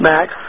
Max